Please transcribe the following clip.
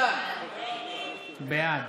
בעד